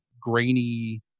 grainy